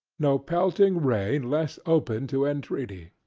no pelting rain less open to entreaty.